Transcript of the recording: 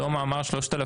שלמה אמר 3,500,